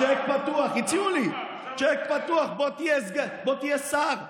הציעו לי צ'ק פתוח: בוא תהיה שר,